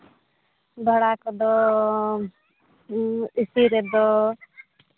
ᱵᱷᱟᱲᱟ ᱠᱚᱫᱚ ᱮᱥᱤ ᱨᱮᱫᱚ